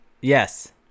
Yes